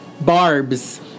Barb's